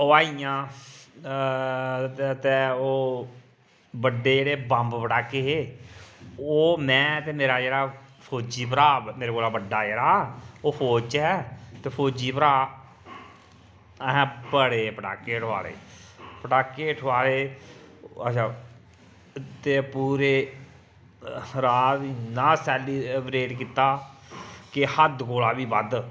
हवाइयां ते ओह् बड्डे जेह्ड़े बम्ब पटाके हे ओह् में ते मेरा जेह्ड़ा फौजी भ्राऽ मेरे कोला बड्डा जेह्ड़ा ओह् फौज च ऐ ते फौजी भ्राऽ असें बड़े पटाके ठोआले पटाके ठोआले अच्छा ते पूरे रात इ'न्ना सेलिब्रेट कीता कि हद्द कोला बी बद्ध